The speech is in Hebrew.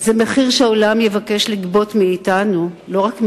זה מחיר שהעולם יבקש לגבות מאתנו, לא רק ממך.